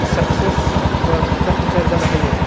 success बा जाफुंसार जानो हायो